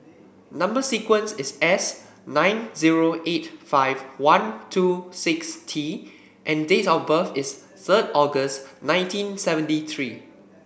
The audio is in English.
number sequence is S nine zero eight five one two six T and date of birth is third August nineteen seventy three